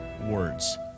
words